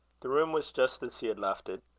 the room was just as he had left it.